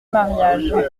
mariage